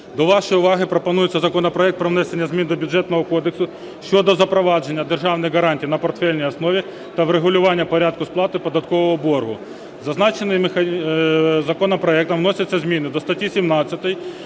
до вашої уваги пропонується законопроект про внесення змін до Бюджетного кодексу щодо запровадження державних гарантій на портфельній основі та врегулювання порядку сплати податкового боргу. Зазначеним законопроектом вносяться зміни до статті 17